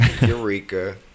Eureka